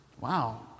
Wow